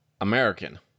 American